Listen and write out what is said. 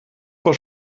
vor